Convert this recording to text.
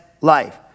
life